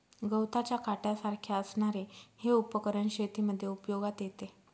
गवताच्या काट्यासारख्या असणारे हे उपकरण शेतीमध्ये उपयोगात येते